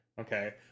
Okay